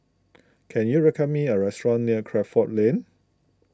can you recommend me a restaurant near Crawford Lane